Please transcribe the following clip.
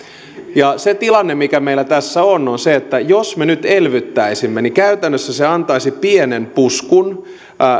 se tilanne mikä meillä tässä on on se että jos me nyt elvyttäisimme niin käytännössä se antaisi pienen puskun